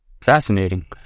fascinating